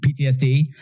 PTSD